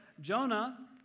Jonah